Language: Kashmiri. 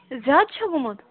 زیادٕ چھا گوٚمُت